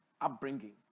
upbringing